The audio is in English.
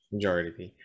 Majority